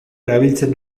erabiltzen